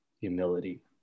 humility